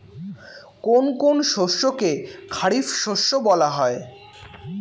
কোন কোন শস্যকে খারিফ শস্য বলা হয়?